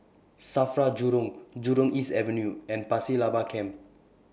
SAFRA Jurong Jurong East Avenue and Pasir Laba Camp